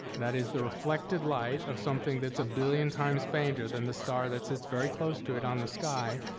that is, the reflected light of something that's a billion times fainter than the star that sits very close to it on the sky,